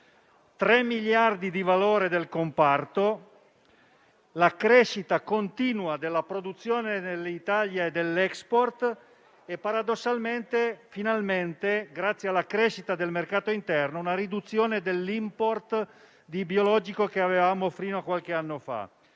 3 miliardi di valore del comparto, la crescita continua della produzione dell'Italia e dell'*export* e paradossalmente - finalmente - grazie alla crescita del mercato interno, una riduzione dell'*import* di biologico che avevamo fino a qualche anno fa.